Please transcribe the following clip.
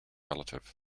relative